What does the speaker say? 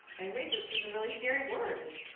and racist is a really scary word!